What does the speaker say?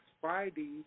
Friday